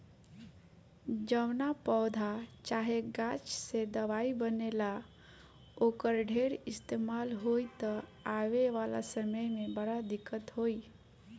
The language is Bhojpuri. जवना पौधा चाहे गाछ से दवाई बनेला, ओकर ढेर इस्तेमाल होई त आवे वाला समय में बड़ा दिक्कत होई